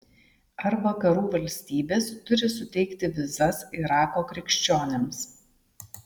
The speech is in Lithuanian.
ar vakarų valstybės turi suteikti vizas irako krikščionims